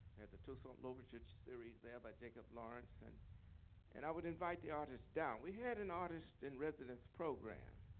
had the toussaint l'ouverture series there by jacob lawrence. and and i would invite the artists down. we had an artist in residence program.